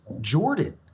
Jordan